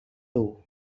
too